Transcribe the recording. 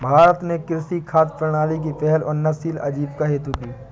भारत ने कृषि खाद्य प्रणाली की पहल उन्नतशील आजीविका हेतु की